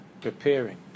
preparing